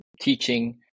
teaching